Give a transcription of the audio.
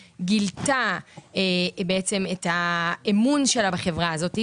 גילתה בעצם את האמון שלה בחברה הזאתי,